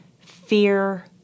fear